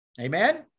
Amen